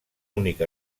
únic